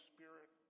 Spirit